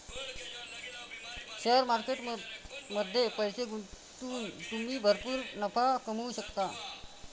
share market मध्ये पैसे गुंतवून तुम्ही भरपूर नफा कमवू शकता